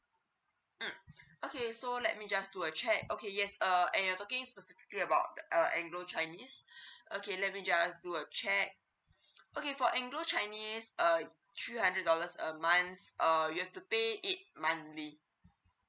um okay so let me just do a check okay yes uh and you're talking specifically about uh anglo chinese okay just let me do a check okay for anglo chinese uh three hundred dollars a month err you have to pay it monthly